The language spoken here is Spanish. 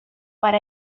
para